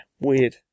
weird